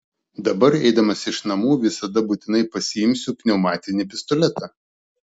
dabar eidamas iš namų visada būtinai pasiimsiu pneumatinį pistoletą